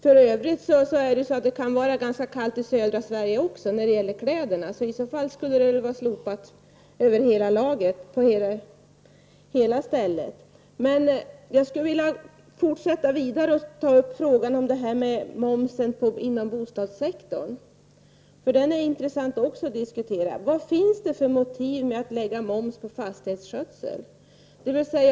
För övrigt kan det ju vara ganska kallt i södra Sverige också, och i så fall skulle moms på kläder vara slopad över hela landet. Jag skulle vilja ta upp frågan om moms på bostadssektorn, för den är intressant att diskutera. Vad finns det för motiv att lägga moms på fastighetsskötsel?